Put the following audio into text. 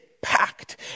packed